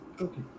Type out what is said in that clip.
Okay